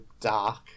dark